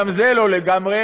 גם זה לא לגמרי,